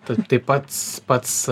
tu pats pats